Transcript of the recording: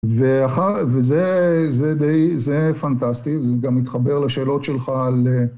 וזה די, זה פנטסטי, זה גם מתחבר לשאלות שלך על...